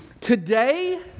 Today